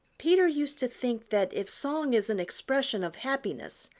peter used to think that if song is an expression of happiness,